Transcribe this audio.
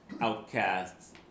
Outcasts